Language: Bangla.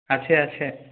আছে আছে